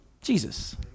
Jesus